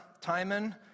Timon